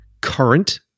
current